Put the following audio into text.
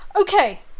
okay